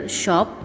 shop